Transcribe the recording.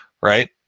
right